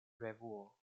revuo